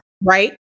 Right